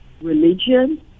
religion